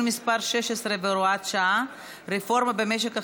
מס' 16 והוראת שעה) (רפורמה במשק החשמל),